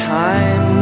time